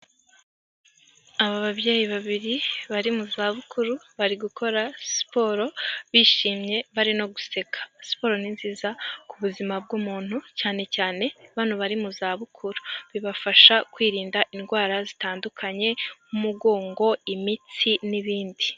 Ababyeyi babiri bari mu zabukuru bari gukora siporo bishimye bari no guseka, siporo ni nziza ku buzima bw'umuntu, cyane cyane bano bari mu zabukuru, bibafasha kwirinda indwara zitandukanye nk'umugongo imitsi n'ibindi.